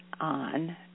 on